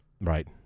Right